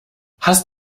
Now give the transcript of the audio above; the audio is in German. hast